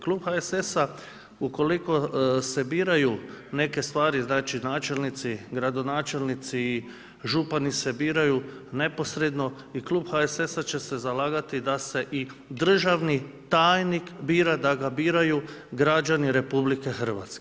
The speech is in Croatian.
Klub HSS-a ukoliko se biraju neke stvari, znači načelnici, gradonačelnici i župani se biraju neposredno i klub HSS-a će se zalagati da se i državni tajnik bira, da ga biraju građani RH.